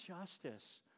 justice